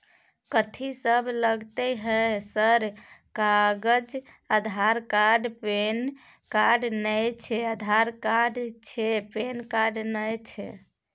कथि सब लगतै है सर कागज आधार कार्ड पैन कार्ड नए छै आधार कार्ड छै पैन कार्ड ना छै?